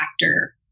factor